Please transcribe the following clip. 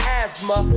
asthma